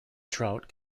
trout